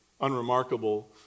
unremarkable